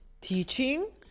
teaching